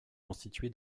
constitué